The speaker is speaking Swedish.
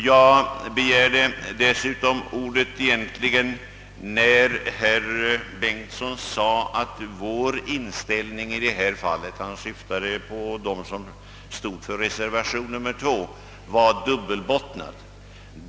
Jag begärde egentligen ordet när herr Bengtsson sade att vår inställning i detta fall — han syftade på oss som står för reservation II — var dubbelbottnad.